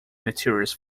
materials